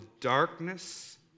darkness